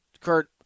Kurt